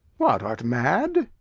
what, art mad?